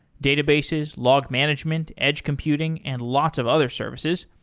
databases, log management, edge computing and lots of other services.